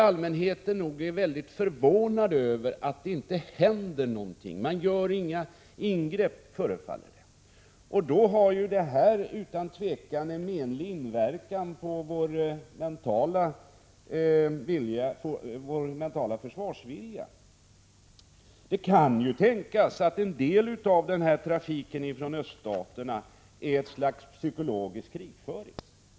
Allmänheten är nog mycket förvånad över att det inte händer någonting. Det görs inga ingripanden, förefaller det. Det kan få en menlig inverkan på vår försvarsvilja. Det kan tänkas att en del av denna trafik från öststaterna är ett slags psykologisk krigföring.